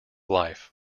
life